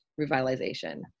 revitalization